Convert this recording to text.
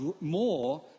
more